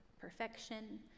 perfection